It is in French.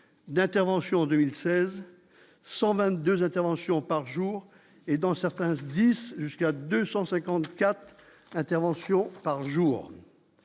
d'interventions en 2016, 122 interventions par jour et, dans certains virus jusqu'à 254 interventions par jour,